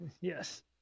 yes